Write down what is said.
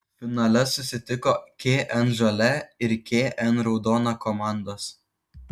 finale susitiko kn žalia ir kn raudona komandos